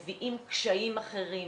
מביאים קשיים אחרים,